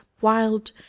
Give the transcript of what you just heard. wild